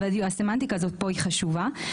הסמנטיקה פה היא חשובה.